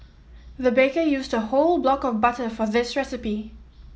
the baker used a whole block of butter for this recipe